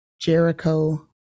Jericho